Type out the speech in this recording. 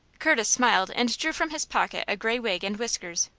curtis smiled, and drew from his pocket a gray wig and whiskers.